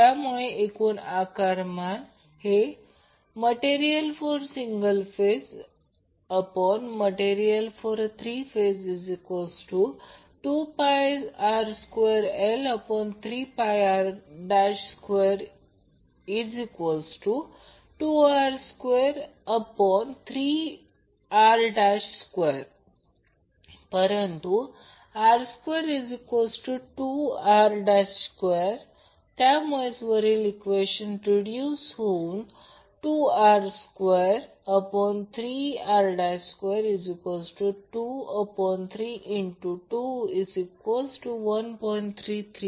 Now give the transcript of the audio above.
त्यामुळे एकूण आकारमान असेल MaterialforsinglephaseMaterialfor3phase2πr2l3πr2l2r23r2 परंतु r22r2 त्यामुळे वरील इक्वेशन रिड्युस होईल 2r23r22321